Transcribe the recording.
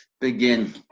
begin